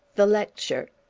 the lecture.